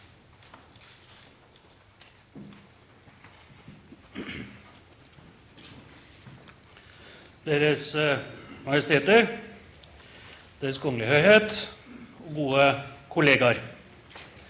Deres Majesteter, Deres Kongelige Høyhet, gode kollegaer!